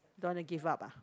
don't wanna give up ah